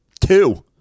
two